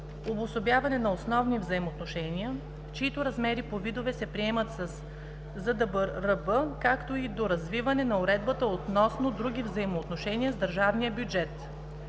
обособяване на основни взаимоотношения, чиито размери по видове се приемат със ЗДБРБ, както и доразвиване на уредбата относно други взаимоотношения с държавния бюджет.